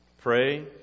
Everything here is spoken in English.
pray